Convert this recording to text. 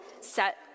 set